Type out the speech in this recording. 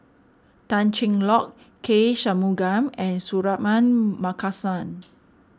Tan Cheng Lock K Shanmugam and Suratman Markasan